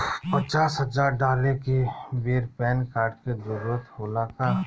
पचास हजार डाले के बेर पैन कार्ड के जरूरत होला का?